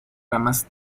ramas